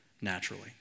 naturally